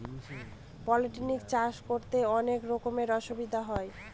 poultry চাষ করতে অনেক রকমের অসুবিধা হয়